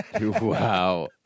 Wow